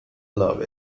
love